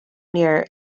near